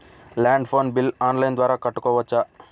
Land phone bill online ద్వారా కట్టుకోవచ్చు?